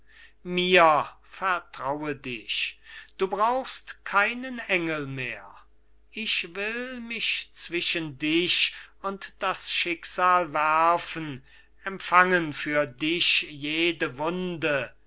golde mir vertraue dich du brauchst keinen engel mehr ich will mich zwischen dich und das schicksal werfen empfangen für dich jede